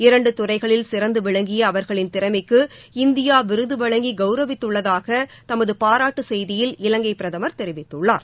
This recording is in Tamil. இரண்டு துறைகளில் சிறந்து விளங்கிய அவர்களின் திறமைக்கு இந்தியா விருது வழங்கி கவுரவித்துள்ளதாக தமது பாராட்டு செய்தியில் இலங்கை பிரதமர் தெரிவித்துள்ளார்